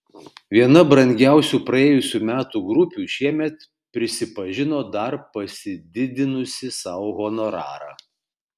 viena brangiausių praėjusių metų grupių šiemet prisipažino dar pasididinusi sau honorarą